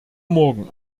morgen